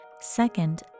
Second